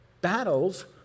battles